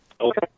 Okay